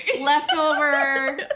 leftover